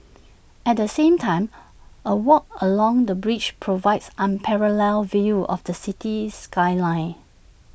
at the same time A walk along the bridge provides unparalleled views of the city skyline